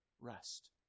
rest